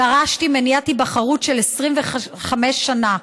דרשתי מניעת היבחרות של 25 שנה.